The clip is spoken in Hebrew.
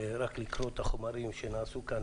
שרק לקרוא את החומרים שנעשו כאן